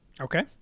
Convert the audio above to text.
Okay